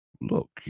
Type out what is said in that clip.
look